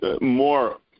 more